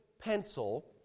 pencil